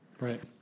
Right